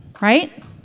Right